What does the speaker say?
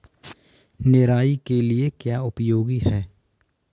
निराई के लिए क्या उपयोगी है?